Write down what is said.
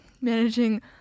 managing